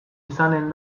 izanen